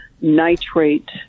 nitrate